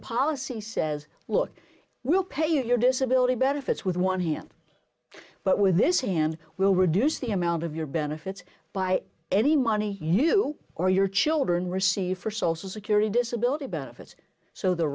policy says look we'll pay you your disability benefits with one hand but with this hand we'll reduce the amount of your benefits by any money you or your children receive for social security disability benefits so the